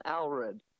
Alred